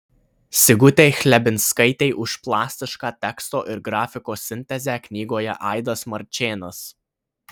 sigutei chlebinskaitei už plastišką teksto ir grafikos sintezę knygoje aidas marčėnas